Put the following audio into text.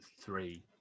three